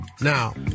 Now